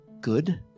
good